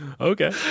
Okay